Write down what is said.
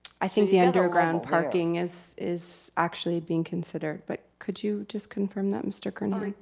i think the underground parking is is actually being considered, but could you just confirm that mr. kernahan?